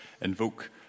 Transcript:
invoke